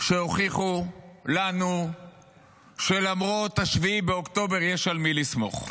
שהוכיחו לנו שלמרות 7 באוקטובר יש על מי לסמוך.